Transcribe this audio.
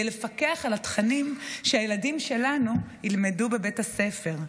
לפקח על התכנים שהילדים שלנו ילמדו בבית הספר.